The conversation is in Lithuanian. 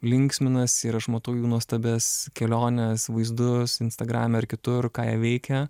linksminasi ir aš matau jų nuostabias keliones vaizdus instagrame ar kitur ką jie veikia